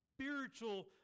spiritual